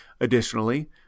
Additionally